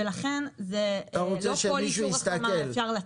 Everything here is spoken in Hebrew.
ולכן לא עם כל אישור החלמה אפשר לצאת.